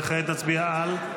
וכעת נצביע על?